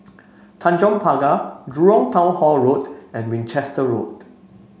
Tanjong Pagar Jurong Town Hall Road and Winchester Road